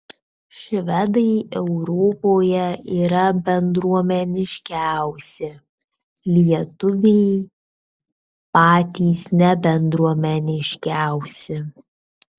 švedai europoje yra bendruomeniškiausi lietuviai patys nebendruomeniškiausi